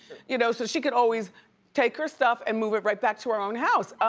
you know so she can always take her stuff and move it right back to her own house.